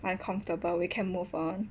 uncomfortable we can move on